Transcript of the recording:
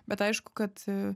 bet aišku kad